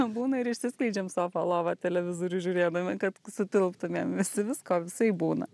būna ir išsiskleidžiam sofą lovą televizorių žiūrėdami kad sutilptumėm visi visko visaip būna